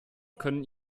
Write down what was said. können